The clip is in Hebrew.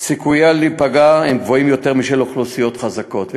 סיכוייה להיפגע הם גבוהים יותר משל אוכלוסיות חזקות,